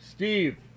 Steve